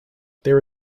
there